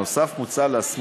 נוסף על כך מוצע להסמיך